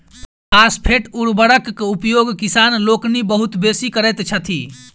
phosphate उर्वरकक उपयोग किसान लोकनि बहुत बेसी करैत छथि